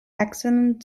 exzellent